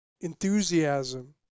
enthusiasm